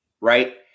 Right